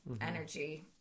energy